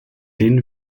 denen